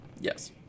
yes